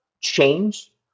change